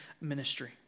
ministry